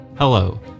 Hello